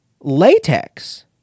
latex